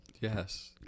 Yes